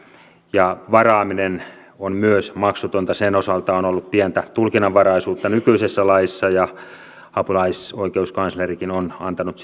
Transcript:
ja varaaminen on myös maksutonta sen osalta on ollut pientä tulkinnanvaraisuutta nykyisessä laissa ja apulaisoikeuskanslerikin on antanut